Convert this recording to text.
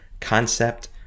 concept